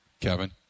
Kevin